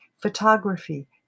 photography